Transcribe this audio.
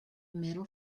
metal